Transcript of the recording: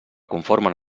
conformen